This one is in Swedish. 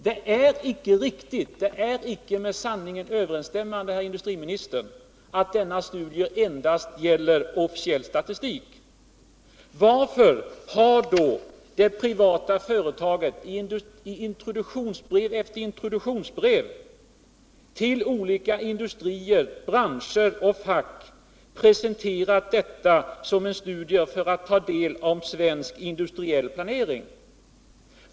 Det är icke med sanningen överensstämmande att denna studie endast gäller officiell statistik. Varför har i så fall det privata företaget i introduktionsbrev efter introduktionsbrev till olika industrier, branscher och fack presenterat materialet som en studie av svensk, industriell planering?